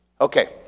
Okay